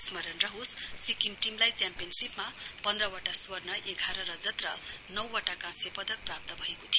स्मरण रहोस सिक्किम टीमलाई च्याम्पियनशीपमा पन्ध्रवटा स्वर्ण एघार रजत र नौवटा काँस्य पदक प्राप्त भएको थियो